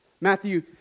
Matthew